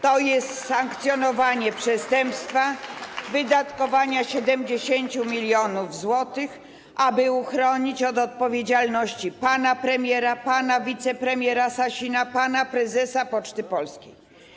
To jest sankcjonowanie przestępstwa wydatkowania 70 mln zł, aby uchronić od odpowiedzialności pana premiera, pana wicepremiera Sasina, pana prezesa Poczty Polskiej.